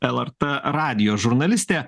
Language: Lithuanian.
lrt radijo žurnalistė